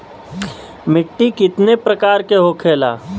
मिट्टी कितने प्रकार के होखेला?